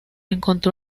encontró